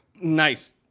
Nice